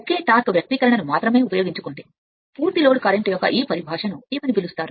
ఒకే torque వ్యక్తీకరణను ఇది మాత్రమే ఉపయోగించుకోండి పూర్తి లోడ్ కరెంట్ యొక్క ఈ పరిభాషను ఏమని పిలుస్తారు